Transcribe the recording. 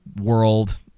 world